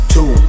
Two